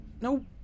No